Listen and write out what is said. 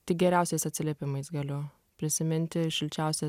tik geriausiais atsiliepimais galiu prisiminti šilčiausi